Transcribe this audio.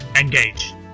Engage